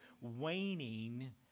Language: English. waning